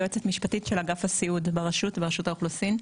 אגף הסיעוד ברשות, ברשות האוכלוסין.